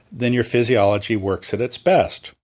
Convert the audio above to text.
then your physiology works at its best,